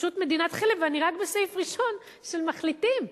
פשוט מדינת חלם, ואני רק בסעיף ראשון של מחליטים.